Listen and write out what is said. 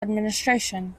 administration